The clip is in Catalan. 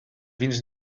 vins